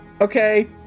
Okay